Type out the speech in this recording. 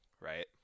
right